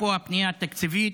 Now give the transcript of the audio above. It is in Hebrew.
אפרופו הפנייה התקציבית,